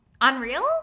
Unreal